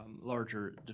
larger